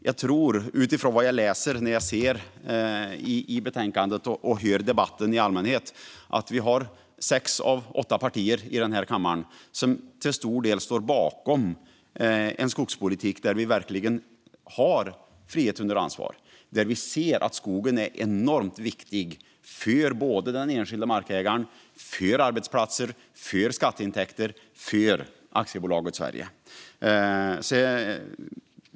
Jag tror, utifrån det jag läser i betänkandet och hör i debatten i allmänhet, att vi har sex av åtta partier i denna kammare som till stor del står bakom en skogspolitik där vi verkligen har frihet under ansvar och där vi ser att skogen är enormt viktig för den enskilde markägaren, för arbetsplatser, för skatteintäkter och för Aktiebolaget Sverige.